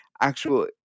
actual